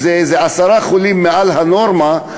איזה עשרה חולים מעל לנורמה,